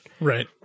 Right